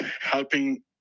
helping